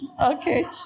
okay